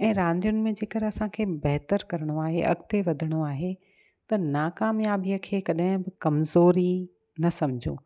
ऐं रांदियुनि में जेकर असांखे बहितर करिणो आहे अॻिते वधिणो आहे त नाकामयाबीअ खे कॾहिं बि कमज़ोरी न सम्झो